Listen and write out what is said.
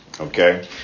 Okay